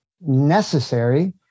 necessary